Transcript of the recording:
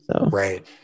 right